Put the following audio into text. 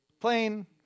Plane